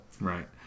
Right